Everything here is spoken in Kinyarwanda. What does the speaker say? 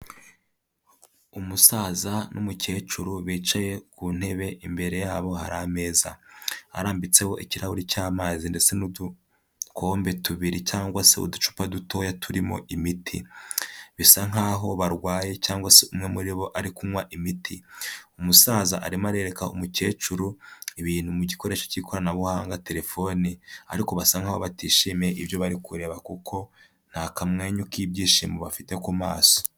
Umusaza n'umukecuru bicaye ku ntebe imbere yabo hari ameza, arambitseho ikirahuri cy'amazi ndetse n'udukombe tubiri cyangwa se uducupa dutoya turimo imiti, bisa nk'aho barwaye cyangwa se umwe muri bo ari kunywa imiti, umusaza arimo arereka umukecuru ibintu mu gikoresho cy'ikoranabuhanga telefone, ariko basa nk'aho batishimiye ibyo bari kureba kuko nta kamwenyu k'ibyishimo bafite ku maso.